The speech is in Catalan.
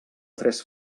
tres